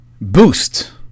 boost